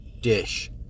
dish